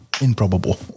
Improbable